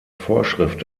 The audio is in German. vorschrift